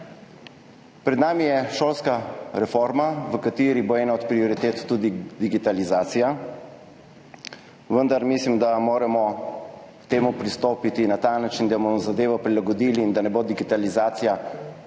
Pred nami je šolska reforma, v kateri bo ena od prioritet tudi digitalizacija, vendar mislim, da moramo k temu pristopiti na ta način, da bomo zadevo prilagodili in da ne bo digitalizacija